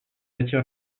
attire